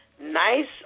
Nice